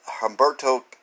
Humberto